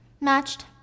Matched